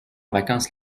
vacances